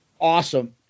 awesome